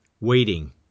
Waiting